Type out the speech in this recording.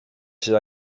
sydd